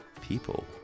people